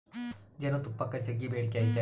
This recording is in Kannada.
ಜೇನುತುಪ್ಪಕ್ಕ ಜಗ್ಗಿ ಬೇಡಿಕೆ ಐತೆ